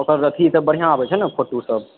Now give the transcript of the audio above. ओकर अथि सभ बढ़िऑं अबै छै ने फोटू सभ